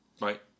right